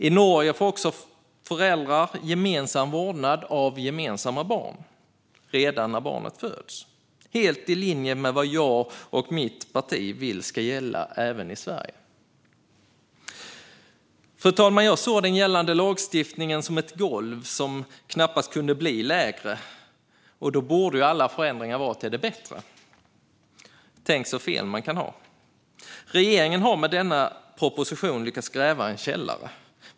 I Norge får också föräldrar gemensam vårdnad av gemensamma barn redan när barnet föds, helt i linje med vad jag och mitt parti vill ska gälla även i Sverige. Fru talman! Jag såg den gällande lagstiftningen som ett golv som knappast kunde bli lägre, och då borde ju alla förändringar vara till det bättre. Tänk så fel man kan ha! Regeringen har med denna proposition lyckats gräva en källare.